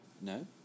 No